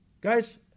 Guys